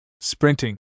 sprinting